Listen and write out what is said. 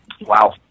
Wow